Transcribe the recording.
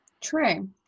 True